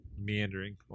meandering